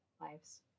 lives